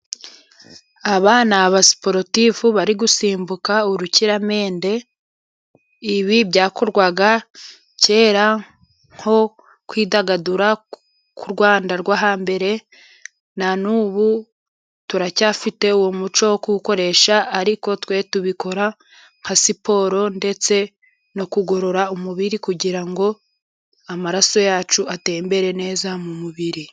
Aba ni abasiporotifu bari gusimbuka urukiramende. Ibi byakorwaga kera nko kwidagadura ku Rwanda rwo hambere ,na n'ubu turacyafite uwo muco wo kuwukoresha. Ariko twe tubikora nka siporo ndetse no kugorora umubiri kugira amaraso yacu atembere neza mu mubiri.